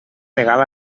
legal